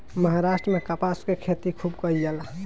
महाराष्ट्र में कपास के खेती खूब कईल जाला